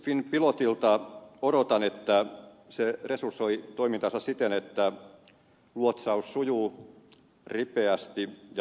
finnpilotilta odotan että se resursoi toimintansa siten että luotsaus sujuu ripeästi ja tehokkaasti